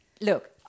Look